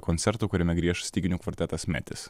koncertą kuriame grieš styginių kvartetas mettis